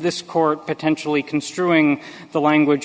this court potentially construing the language